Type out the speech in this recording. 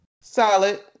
solid